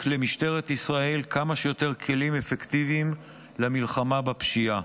למשטרת ישראל כמה שיותר כלים אפקטיביים למלחמה בפשיעה.